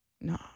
No